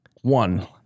One